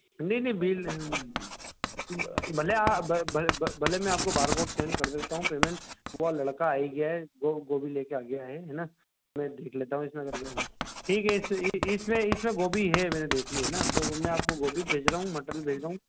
नहीं नहीं बिल ब बले आ ब ब बले मैं आपको बार कोड सेंड कर देता हूँ पेमेंट वहाँ लड़का आ ही गया है जो गोभी लेकर आ गया है है ना मैं देख लेता हूँ इसमें अगर जो है ठीक है इस इसमें इसमें गोभी है मैंने देख लिया है ना तो मैं आपको गोभी भेज रहा हूँ मटन भेज रहा हूँ